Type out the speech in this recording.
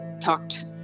talked